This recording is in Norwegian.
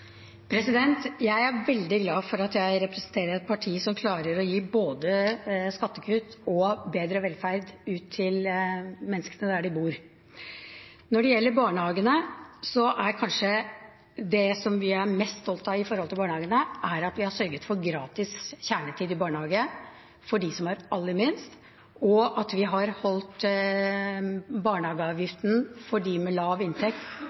Jeg er veldig glad for at jeg representerer et parti som klarer å gi både skattekutt og bedre velferd ut til menneskene der de bor. Når det gjelder barnehagene, er kanskje det vi er mest stolt av, at vi har sørget for gratis kjernetid i barnehage for dem som har aller minst, og at vi har holdt barnehageavgiften for dem med lav inntekt